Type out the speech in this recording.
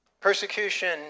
Persecution